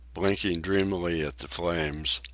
blinking dreamily at the flames,